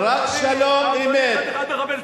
אדוני היקר,